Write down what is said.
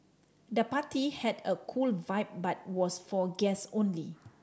the party had a cool vibe but was for guest only